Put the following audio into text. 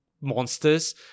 monsters